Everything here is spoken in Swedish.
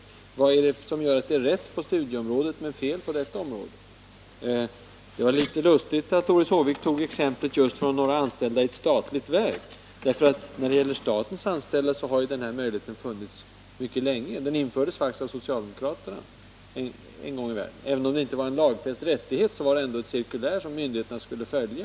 Vad är det som gör att detta är riktigt på studieområdet men fel på det här aktuella området? Det var vidare lustigt att Doris Håvik valde ett exempel som avsåg några anställda vid ett statligt verk. När det gäller de statsanställda har ju motsvarande möjlighet funnits mycket länge, och den infördes faktiskt en gång i världen av socialdemokraterna. Även om det inte var fråga om en lagfäst rättighet, gällde det ändå ett cirkulär som myndigheterna skulle följa.